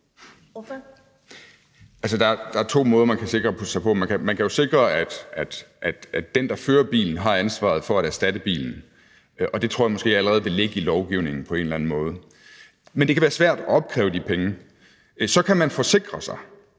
Olesen (LA): Der er to måder, man kan sikre sig på. Man kan jo sikre, at den, der fører bilen, har ansvaret for at erstatte bilen – og det tror jeg måske allerede vil ligge i lovgivningen på en eller anden måde. Men det kan være svært at opkræve de penge. Så kan man forsikre sig,